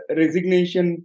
resignation